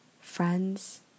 friends